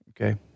Okay